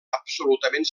absolutament